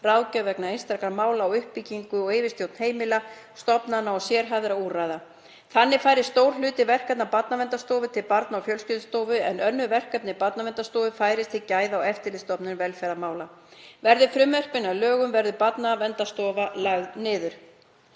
ráðgjöf vegna einstakra mála og uppbyggingu og yfirstjórn heimila, stofnana og sérhæfðra úrræða. Þannig fari stór hluti verkefna Barnaverndarstofu til Barna- og fjölskyldustofu en önnur verkefni Barnaverndarstofu færist til Gæða- og eftirlitsstofnunar velferðarmála. Verði frumvörpin að lögum verður Barnaverndarstofa lögð niður.